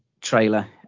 trailer